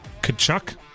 Kachuk